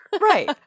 right